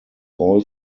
all